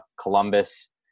Columbus